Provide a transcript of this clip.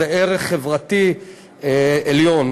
זה ערך חברתי עליון.